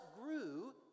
grew